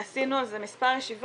עשינו על זה גם מספר ישיבות,